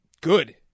good